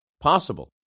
possible